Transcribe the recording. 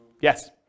Yes